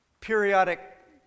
periodic